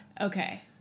Okay